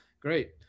great